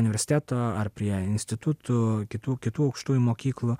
universiteto ar prie institutų kitų kitų aukštųjų mokyklų